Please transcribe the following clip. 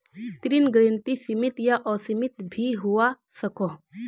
ऋण गारंटी सीमित या असीमित भी होवा सकोह